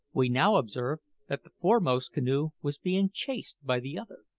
we now observed that the foremost canoe was being chased by the other,